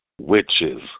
Witches